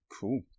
cool